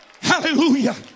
Hallelujah